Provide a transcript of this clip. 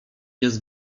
jest